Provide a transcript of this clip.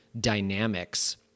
dynamics